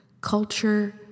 culture